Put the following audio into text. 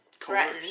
Correct